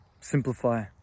Simplify